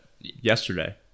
yesterday